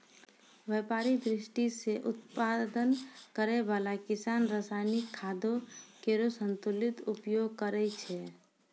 व्यापारिक दृष्टि सें उत्पादन करै वाला किसान रासायनिक खादो केरो संतुलित उपयोग करै छै